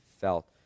felt